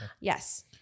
Yes